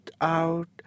out